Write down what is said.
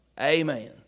Amen